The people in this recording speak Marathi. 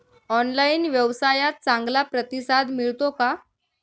ऑनलाइन व्यवसायात चांगला प्रतिसाद मिळतो का?